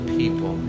people